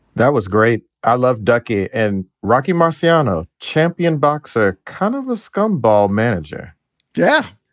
that was great. i love ducky and rocky marciano. champion boxer. kind of a scum ball manager yeah.